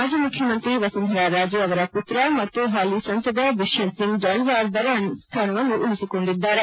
ಮಾಜಿ ಮುಖ್ಯಮಂತ್ರಿ ವಸುಂಧರಾ ರಾಜೇ ಅವರ ಮತ್ರ ಮತ್ತು ಹಾಲಿ ಸಂಸದ ದುಷ್ಕಂತ್ ಸಿಂಗ್ ಜಾಲ್ವಾರ್ ಬರನ್ ಸ್ಥಾನವನ್ನು ಉಳಿಸಿಕೊಂಡಿದ್ದಾರೆ